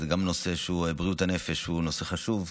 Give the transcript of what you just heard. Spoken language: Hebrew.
גם נושא בריאות הנפש הוא נושא חשוב,